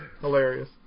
Hilarious